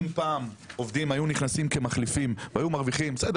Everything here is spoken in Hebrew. אם פעם עובדים היו נכנסים כמחליפים והיו מרוויחים סדר